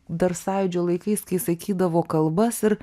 dar sąjūdžio laikais kai sakydavo kalbas ir